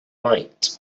right